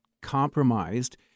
compromised